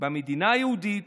במדינה היהודית